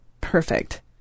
perfect